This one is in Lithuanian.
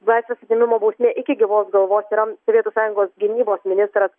laisvės atėmimo bausmė iki gyvos galvos yra sovietų sąjungos gynybos ministras